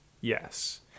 Yes